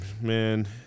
man